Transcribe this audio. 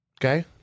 Okay